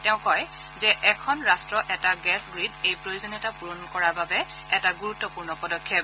তেওঁ কয় যে এখন ৰাট্ট এটা গেছ গ্ৰীড এই প্ৰয়োজনীয়তা পুৰণ কৰাৰ বাবে এটা গুৰুত্বপূৰ্ণ পদক্ষেপ